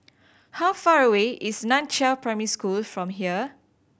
how far away is Nan Chiau Primary School from here